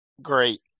Great